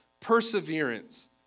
perseverance